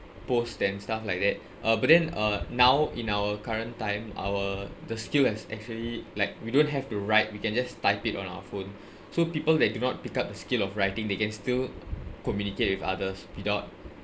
post them stuff like that uh but then uh now in our current time our the skill has actually like we don't have to write we can just type it on our phone so people that do not pick up the skill of writing they can still communicate with others without